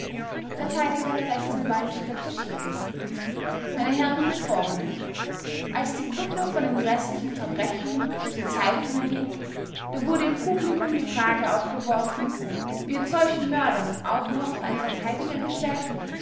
verteidiger rechtsanwalt dr schiedges meine herren geschworenen als die kunde von dem gräßlichen verbrechen durch die zeitungen ging da wurde im publikum die frage aufgeworfen wird solchen mördern auch noch ein verteidiger gestellt